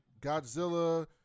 Godzilla